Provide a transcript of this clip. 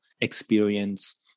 experience